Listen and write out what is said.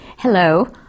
Hello